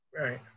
Right